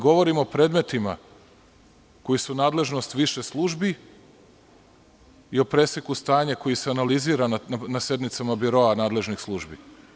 Govorim o predmetima koji su nadležnost više službi i o preseku stanja koje se analizira na sednicama biroa nadležnih službi.